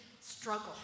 struggle